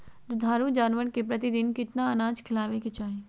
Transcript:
दुधारू जानवर के प्रतिदिन कितना अनाज खिलावे के चाही?